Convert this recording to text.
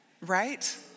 Right